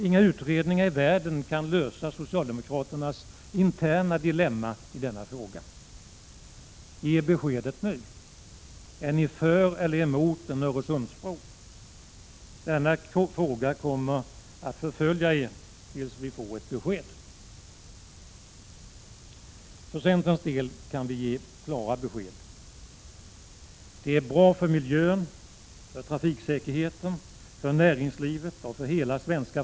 Inga utredningar i världen kan lösa socialdemokraternas interna dilemma i denna fråga. Ge beskedet nu! Är ni för eller emot en Öresundsbro? Denna fråga kommer att förfölja er tills vi får ett besked. För centerns del kan vi ge klara besked. Det är bra för miljön, för trafiksäkerheten, för näringslivet och för hela svenska.